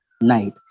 night